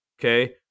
okay